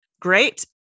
Great